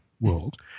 world